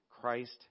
Christ